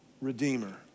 redeemer